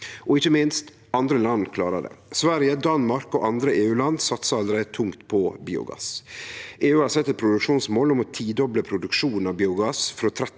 Og ikkje minst: Andre land klarer det. Sverige, Danmark og andre EU-land satsar allereie tungt på biogass. EU har sett eit produksjonsmål om å tidoble produksjo